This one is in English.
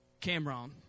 Cameron